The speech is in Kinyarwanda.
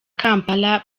kampala